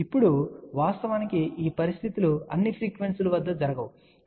ఇప్పుడు వాస్తవానికి ఈ పరిస్థితులు అన్ని ఫ్రీక్వెన్సీల వద్ద జరగవు సరే